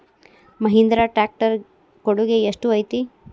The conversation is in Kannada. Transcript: ಮಹಿಂದ್ರಾ ಟ್ಯಾಕ್ಟ್ ರ್ ಕೊಡುಗೆ ಎಷ್ಟು ಐತಿ?